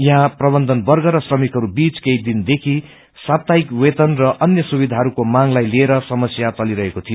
यहाँ प्रबन्धवर्ग र श्रमिकहरूबीच केही दिनदेखि सापताहिक वेतन र अन्य सुविधाहरूको मांग लाई लिएर समस्या चलिरहेको थियो